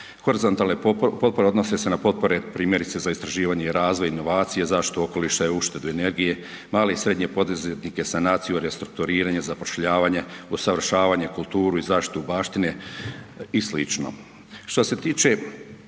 Horizontalne potpore odnose se na potpore primjerice za istraživanje i razvoj, inovacije, zaštita okoliša i uštede energije, male i srednje poduzetnike, sanaciju, restrukturiranje, zapošljavanje, usavršavanje, kulturu i zaštitu baštine i slično. Što se tiče